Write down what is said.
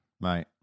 Right